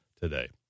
today